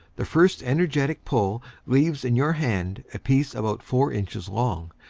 the first energetic pull leaves in your hand a piece about four inches long,